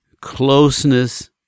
Closeness